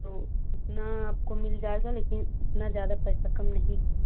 तो इतना आपको मिल जाएगा लेकिन इतना ज़्यादा पैसा कम नहीं होगा